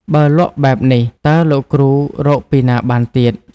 បើលក់បែបនេះ តើលោកគ្រូរកពីណាបានទៀត?។